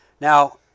Now